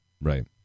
right